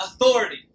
authority